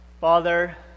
Father